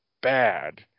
bad